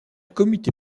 comité